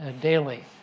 daily